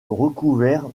recouvert